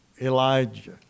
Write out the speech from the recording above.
Elijah